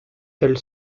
elle